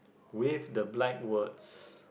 with the black words